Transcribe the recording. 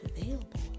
available